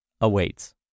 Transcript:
awaits